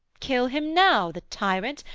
kill him now, the tyrant!